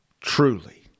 Truly